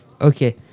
Okay